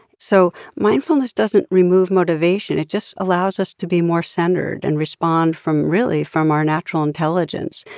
so mindfulness doesn't remove motivation. it just allows us to be more centered and respond from really from our natural intelligence.